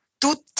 Tutti